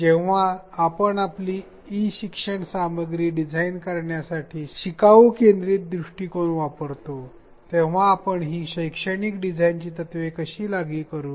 जेव्हा आपण आपली ई शिक्षण सामग्री डिझाइन करण्यासाठी शिकवू केंद्रित दृष्टीकोन वापरतो तेव्हा आपण हि शैक्षणिक डिझाइनची तत्त्वे कशी लागू करू